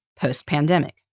post-pandemic